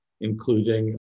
including